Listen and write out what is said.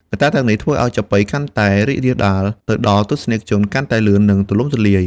កត្តាទាំងនេះធ្វើឱ្យចាប៉ីកាន់តែរីករាលដាល ទៅដល់ទស្សនិកជនកាន់តែលឿន និងទូលំទូលាយ។